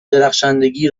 درخشندگی